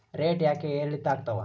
Rate ಯಾಕೆ ಏರಿಳಿತ ಆಗ್ತಾವ?